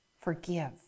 Forgive